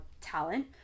talent